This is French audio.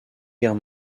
guerre